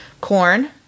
corn